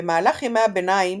במהלך ימי הביניים